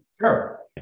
Sure